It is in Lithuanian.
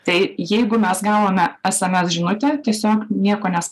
tai jeigu mes gavome sms žinutę tiesiog nieko nes